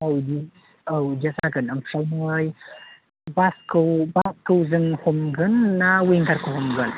औ औ बिदिया जागोन ओमफ्रायहाय बासखौ जों हमगोन ना विंगारखौ हमगोन